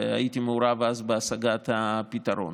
והייתי מעורב אז בהשגת הפתרון.